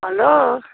hello